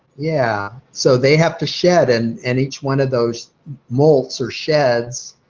yeah, so they have to shed and and each one of those molts or sheds,